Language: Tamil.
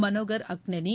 மனோகர் அக்னளி